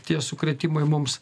tie sukrėtimai mums